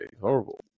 horrible